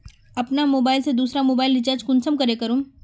अपना मोबाईल से दुसरा मोबाईल रिचार्ज कुंसम करे करूम?